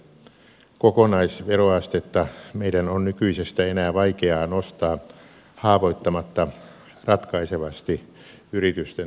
kokonaisveroastetta meidän on nykyisestä enää vaikeaa nostaa haavoittamatta ratkaisevasti yritysten toimintamahdollisuuksia